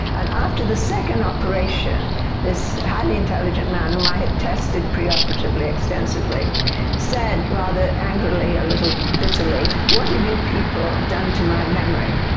and after the second operation this highly intelligent man whom i had tested pre-operatively extensively said rather angrily, a little bitterly, what have you people done to my memory?